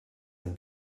and